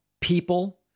people